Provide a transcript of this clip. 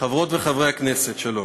חברות וחברי הכנסת, שלום.